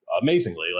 amazingly